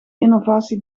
innovatie